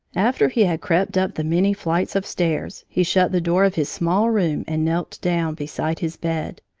after he had crept up the many flights of stairs, he shut the door of his small room and knelt down beside his bed.